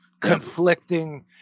conflicting